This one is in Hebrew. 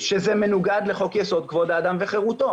שזה מנוגד לחוק כבוד האדם וחירותו.